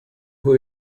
who